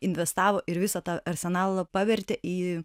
investavo ir visą tą arsenalą pavertė į